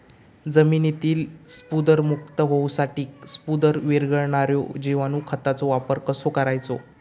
जमिनीतील स्फुदरमुक्त होऊसाठीक स्फुदर वीरघळनारो जिवाणू खताचो वापर कसो करायचो?